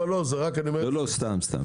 סתם, סתם.